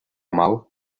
mal